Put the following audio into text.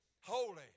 holy